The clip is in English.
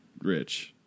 rich